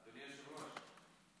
אדוני היושב-ראש,